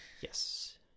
Yes